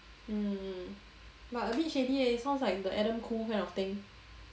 mm but a bit shady leh sounds like the adam khoo kind of thing